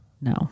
No